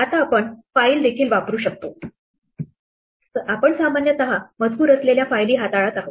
आताआपण फाईल देखील वापरू शकतो आपण सामान्यतः मजकूर असलेल्या फायली हाताळत आहोत